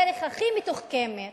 הדרך הכי מתוחכמת